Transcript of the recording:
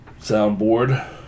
soundboard